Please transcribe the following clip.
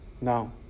Now